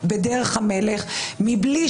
שאומר משהו